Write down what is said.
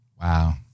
Wow